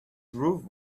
ruth